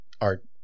art